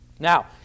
Now